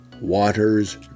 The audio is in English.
waters